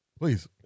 Please